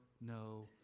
no